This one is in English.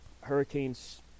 Hurricanes